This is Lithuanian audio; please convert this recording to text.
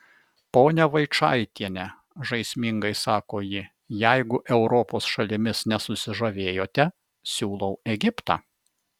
ponia vaičaitiene žaismingai sako ji jeigu europos šalimis nesusižavėjote siūlau egiptą